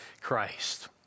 Christ